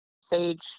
sage